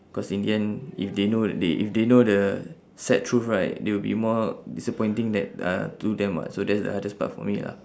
cause in the end if they know that they if they know the sad truth right they will be more disappointing that uh to them [what] so that's uh that's the hardest part for me ah